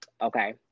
Okay